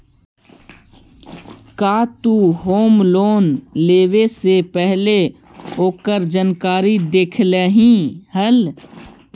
का तु home loan लेवे से पहिले ओकर जानकारी देखलही हल?